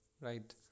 Right